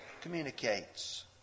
communicates